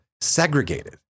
segregated